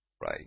Right